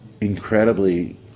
incredibly